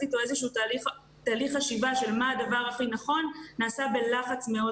איתו תהליך חשיבה של מה הדבר הכי נכון נעשה בלחוץ מאוד